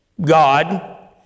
God